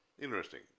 interesting